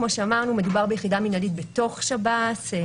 כמו שאמרנו, מדובר ביחידה מינהלית בתוך שב"ס.